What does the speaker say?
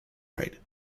ride